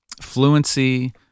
fluency